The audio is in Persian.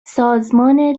سازمان